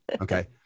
Okay